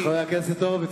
חבר הכנסת הורוביץ,